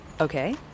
Okay